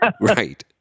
Right